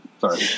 Sorry